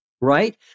right